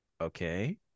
Okay